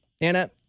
Anna